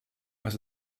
was